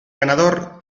ganador